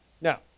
Now